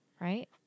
right